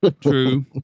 True